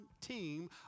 team